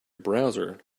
browser